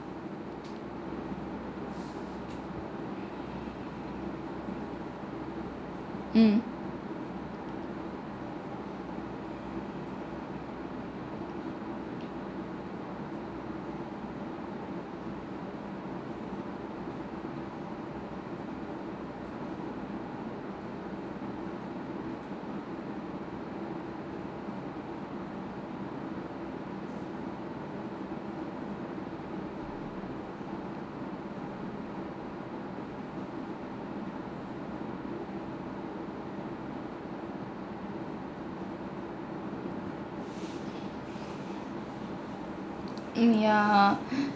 mm mm yeah